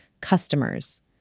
customers